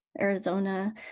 Arizona